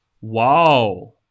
Wow